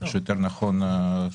שנכון יותר